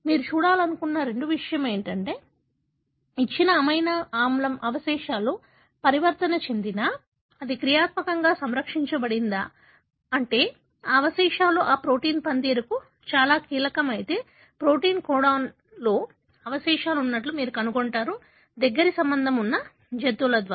మీరు చూడాలనుకుంటున్న రెండవ విషయం ఏమిటంటే ఇచ్చిన అమైనో ఆమ్ల అవశేషాలు పరివర్తన చెందినా అది క్రియాత్మకంగా సంరక్షించ బడిందా అంటే ఆ అవశేషాలు ఆ ప్రోటీన్ పనితీరుకు చాలా కీలకం అయితే ప్రోటీన్ కోడ్లో అవశేషాలు ఉన్నట్లు మీరు కనుగొంటారు దగ్గరి సంబంధం ఉన్న జంతువుల ద్వారా